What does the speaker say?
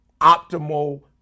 optimal